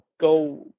go